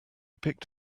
picked